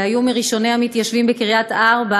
שהיו מראשוני המתיישבים בקריית-ארבע